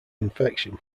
infection